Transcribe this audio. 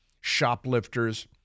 shoplifters